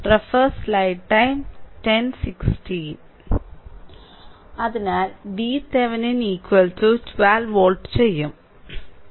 അതിനാൽ VThevenin 12 volt ചെയ്യും